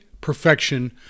perfection